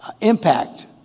impact